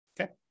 Okay